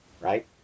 right